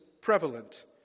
prevalent